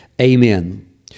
Amen